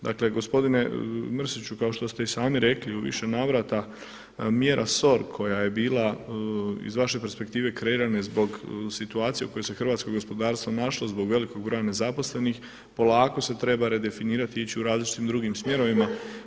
Dakle gospodine Mrsiću kao što ste i sami rekli u više navrata mjera SOR koja je bila iz vaše perspektive kreirana zbog situacije u kojoj se hrvatsko gospodarstvo našlo zbog velikog broja nezaposlenih polako se treba redefinirati i ići u različitim drugim smjerovima.